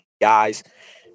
guys –